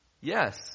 yes